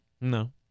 No